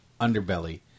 underbelly